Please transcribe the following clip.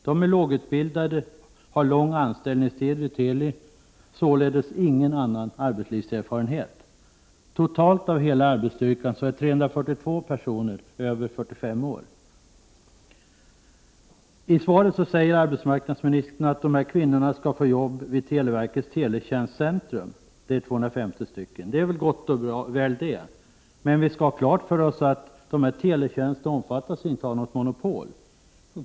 De är lågutbildade och har lång anställningstid vid Teli — således ingen annan arbetslivserfarenhet. Av hela arbetsstyrkan är 342 personer över 45 år. I svaret säger arbetsmarknadsministern att kvinnorna, ca 250, skall få arbete vid televerkets teletjänsteentrum. Det är gott och väl, men vi skall ha klart för oss att teletjänsterna inte omfattas av något monopol.